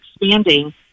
expanding